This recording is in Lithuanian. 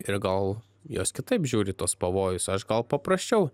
ir gal jos kitaip žiūri į tuos pavojus aš gal paprasčiau